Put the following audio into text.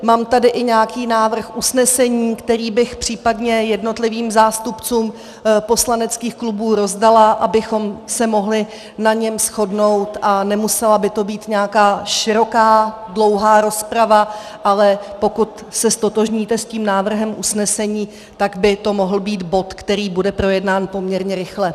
Mám tady i nějaký návrh usnesení, který bych případně jednotlivým zástupcům poslaneckých klubů rozdala, abychom se na něm mohli shodnout, a nemusela by to být nějaká široká, dlouhá rozprava, ale pokud se ztotožníte s návrhem usnesení, tak by to mohl být bod, který bude projednán poměrně rychle.